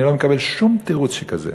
אני לא מקבל שום תירוץ שכזה.